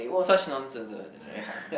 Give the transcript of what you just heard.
such nonsense ah this one ah